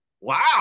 wow